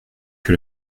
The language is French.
que